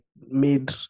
made